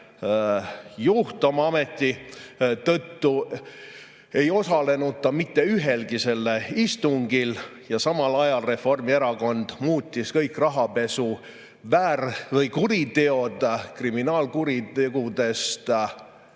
juht oma ameti tõttu, ei osalenud ta mitte ühelgi selle istungil. Samal ajal Reformierakond muutis kõik rahapesukuriteod kriminaalkuritegudest